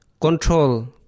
Control